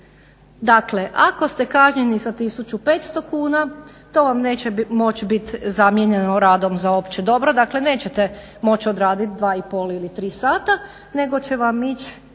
Dakle, ako ste kažnjeni sa tisuću 500 kuna to vam neće moći biti zamijenjeno radom za opće dobro, dakle nećete moći odrediti 2,5 ili 3 sata nego će vam ići